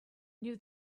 knew